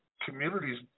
communities